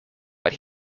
but